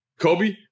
Kobe